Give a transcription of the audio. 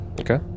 Okay